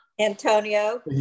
Antonio